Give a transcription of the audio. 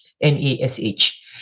N-A-S-H